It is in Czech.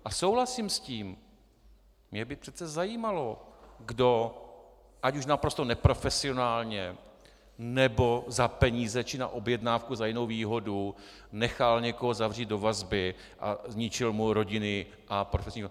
A souhlasím s tím, mě by přece zajímalo, kdo, ať už naprosto neprofesionálně, nebo za peníze, či na objednávku, za jinou výhodu nechal někoho zavřít do vazby a zničil mu rodinný a profesní život.